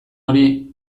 hori